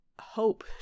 hope